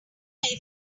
pay